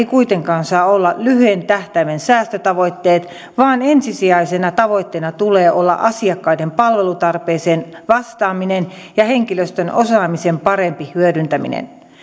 kuitenkaan saa olla lyhyen tähtäimen säästötavoitteet vaan ensisijaisena tavoitteena tulee olla asiakkaiden palvelutarpeeseen vastaaminen ja henkilöstön osaamisen parempi hyödyntäminen